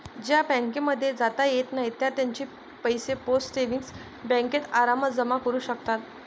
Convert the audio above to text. ज्यांना बँकांमध्ये जाता येत नाही ते त्यांचे पैसे पोस्ट सेविंग्स बँकेत आरामात जमा करू शकतात